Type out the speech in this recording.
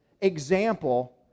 example